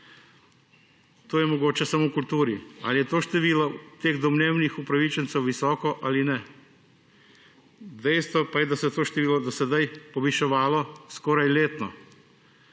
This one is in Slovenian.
To je mogoče samo v kulturi. Ali je število teh domnevnih upravičencev visoko ali ne, dejstvo je, da se je to število do sedaj poviševalo skoraj letno.